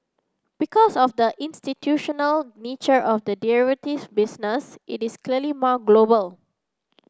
because of the institutional nature of the derivatives business it is clearly more global